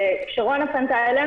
שרונה פנתה אלינו,